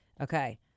Okay